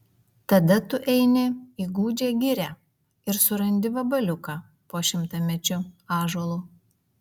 tada tu eini į gūdžią girią ir surandi vabaliuką po šimtamečiu ąžuolu